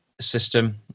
system